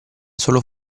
solo